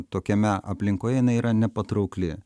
tokiame aplinkoje jinai yra nepatraukli